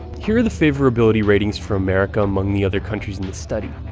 here are the favorability ratings for america among the other countries in the study.